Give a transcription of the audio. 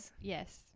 yes